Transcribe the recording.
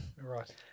Right